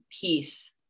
peace